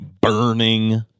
burning